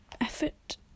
effort